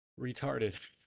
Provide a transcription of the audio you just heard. retarded